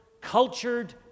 cultured